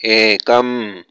एकम्